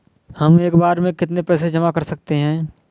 हम एक बार में कितनी पैसे जमा कर सकते हैं?